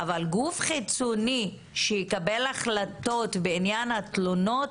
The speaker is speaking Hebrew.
אבל גוף חיצוני שיקבל החלטות בעניין התלונות